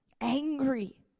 angry